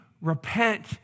repent